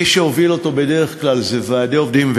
מי שהוביל אותו בדרך כלל זה ועדי עובדים,